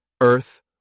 earth